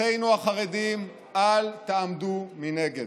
אחינו החרדים, אל תעמדו מנגד.